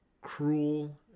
cruel